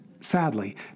Sadly